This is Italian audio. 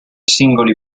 singoli